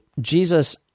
Jesus